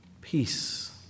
Peace